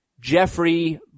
Jeffrey